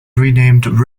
renamed